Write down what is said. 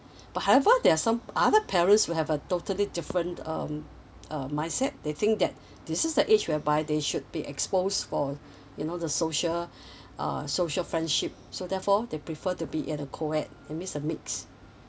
but however there're some other parents would have a totally different um uh mind set they think that this is the age whereby they should be exposed for you know the social uh social friendship so therefore they prefer to be in coed that means a mixed